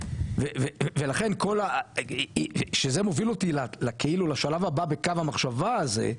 ולכן כל שזה מוביל אותי לשלב הבא בקו המחשבה הזה,